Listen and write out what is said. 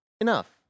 Enough